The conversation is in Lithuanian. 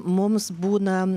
mums būna